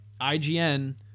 ign